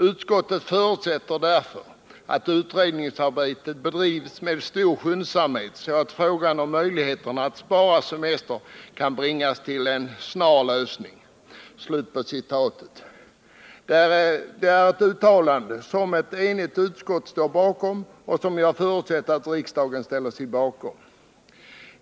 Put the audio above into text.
Utskottet förutsätter därför att utredningsarbetet bedrivs med stor skyndsamhet så att frågan om möjligheterna att spara semester kan bringas till en snar lösning.” Detta är ett uttalande som ett enigt utskott står bakom och som jag förutsätter att riksdagen ställer sig bakom.